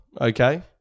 okay